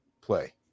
play